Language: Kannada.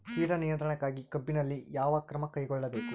ಕೇಟ ನಿಯಂತ್ರಣಕ್ಕಾಗಿ ಕಬ್ಬಿನಲ್ಲಿ ಯಾವ ಕ್ರಮ ಕೈಗೊಳ್ಳಬೇಕು?